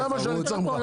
זה מה שאני צריך ממך.